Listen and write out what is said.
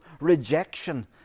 rejection